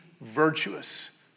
virtuous